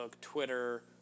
Twitter